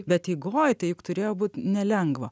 bet eigoj tai juk turėjo būt nelengva